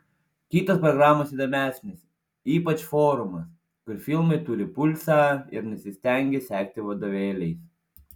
kitos programos įdomesnės ypač forumas kur filmai turi pulsą ir nesistengia sekti vadovėliais